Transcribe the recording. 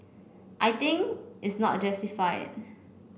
I think is not justified